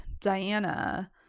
Diana